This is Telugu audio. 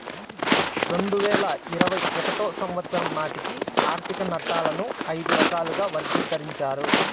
రెండు వేల ఇరవై ఒకటో సంవచ్చరం నాటికి ఆర్థిక నట్టాలను ఐదు రకాలుగా వర్గీకరించారు